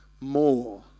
more